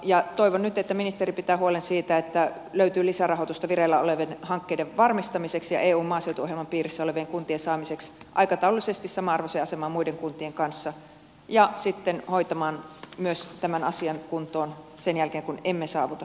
toivon nyt että ministeri pitää huolen siitä että lisärahoitusta löytyy vireillä olevien hankkeiden varmistamiseksi ja eun maaseutuohjelman piirissä olevien kuntien saamiseksi aikataulullisesti samanarvoiseen asemaan muiden kun tien kanssa ja että hän sitten hoitaa myös tämän asian kuntoon sen jälkeen kun emme saavuta